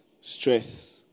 stress